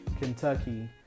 kentucky